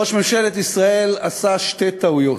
ראש ממשלת ישראל עשה שתי טעויות: